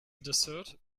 dessert